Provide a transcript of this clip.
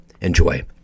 Enjoy